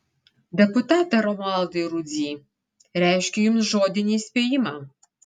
deputate romualdai rudzy reiškiu jums žodinį įspėjimą